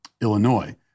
Illinois